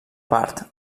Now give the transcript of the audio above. part